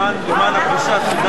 מי בעד?